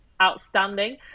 outstanding